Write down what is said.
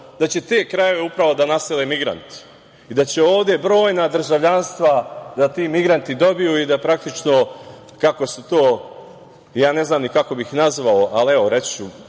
da će te krajeve upravo da nasele migranti i da će ovde brojna državljanstva da ti migranti dobiju i da praktično, kako su to, ja ne znam ni kako bih nazvao ali evo, reći